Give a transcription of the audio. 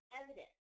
evidence